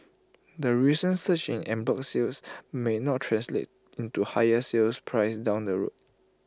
the recent surge in en bloc sales may not translate into higher sales prices down the road